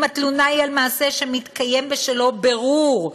אם התלונה היא על מעשה שמתקיים בשלו בירור,